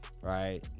right